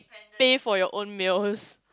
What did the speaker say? pay for your own meals